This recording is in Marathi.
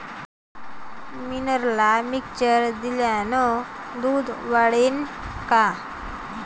मिनरल मिक्चर दिल्यानं दूध वाढीनं का?